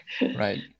Right